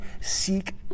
seek